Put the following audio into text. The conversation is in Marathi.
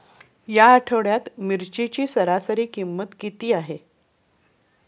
या आठवड्यात मिरचीची सरासरी किंमत किती आहे?